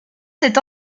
cet